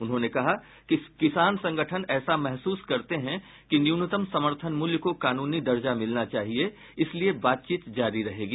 उन्होंने कहा कि किसान संगठन ऐसा महसूस करते हैं कि न्यूनतम समर्थन मूल्य को कानूनी दर्जा मिलना चाहिए इसलिए बातचीत जारी रहेगी